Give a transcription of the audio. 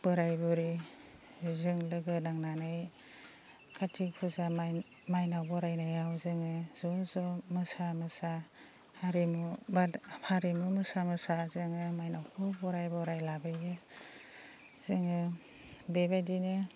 बोराइ बुरै जों लोगो नांनानै खाथि फुजा मायनाव बरायनायाव जोङो ज' ज' मोसा मोसा हारिमु एबा हारिमु मोसा मोसा जोङो मायनावखौ बरायै बरायै लाबोयो जोङो बेबायदिनो